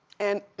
and